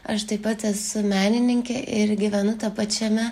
aš taip pat esu menininkė ir gyvenu tapačiame